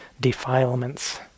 defilements